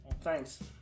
Thanks